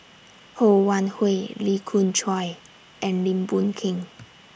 Ho Wan Hui Lee Khoon Choy and Lim Boon Keng